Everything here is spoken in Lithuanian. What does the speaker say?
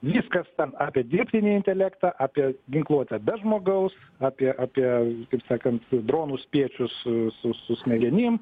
viskas ten apie dirbtinį intelektą apie ginkluotę be žmogaus apie apie kaip sakant su dronų spiečius su su smegenim